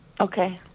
Okay